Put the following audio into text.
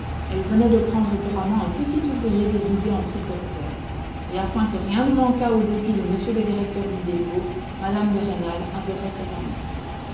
elle venait de prendre pour amant un petit ouvrier déguisé en précepteur et afin que rien ne manquât au dépit de m le directeur du dépôt mme de rênal adorait cet amant